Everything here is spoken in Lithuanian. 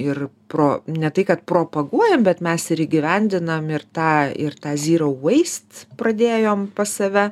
ir pro ne tai kad propaguojam bet mes ir įgyvendinam ir tą ir tą zyrou vaist pradėjom pas save